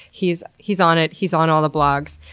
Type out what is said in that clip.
he's he's on it. he's on all the blogs.